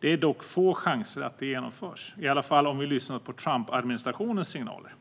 Det är dock små chanser att det genomförs, i alla fall om vi lyssnar på Trumpadministrationens signaler.